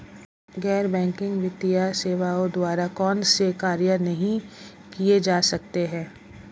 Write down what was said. गैर बैंकिंग वित्तीय सेवाओं द्वारा कौनसे कार्य नहीं किए जा सकते हैं?